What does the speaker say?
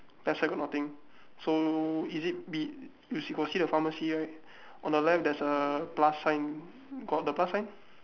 left side got nothing so is it be you got see the pharmacy right on the left there's a plus sign got the plus sign